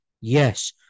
yes